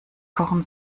kochen